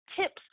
tips